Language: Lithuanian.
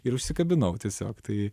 ir užsikabinau tiesiog tai